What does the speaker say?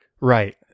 Right